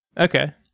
Okay